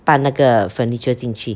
搬那个 furniture 进去